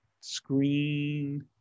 screen